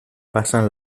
pasan